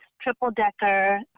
triple-decker